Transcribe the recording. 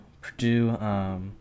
Purdue –